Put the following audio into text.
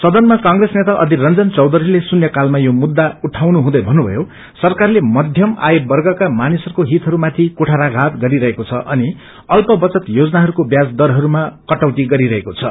सदनमा क्रोस नेता अधीर रंजन चौघरीले शून्यकालमा यो मुख्य उठाउनुहुँदै भन्नुभयो सरकार मध्यम आय वर्गका मानिसहरूको हितहरूमाथि कुठारधात गरीरहेको छ अनि अल्प बचत योजनाहरूको ब्याज दरहरूमा कटौती गरीरहेको छ